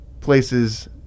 places